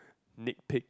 nick pick